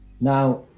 Now